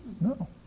No